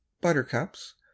buttercups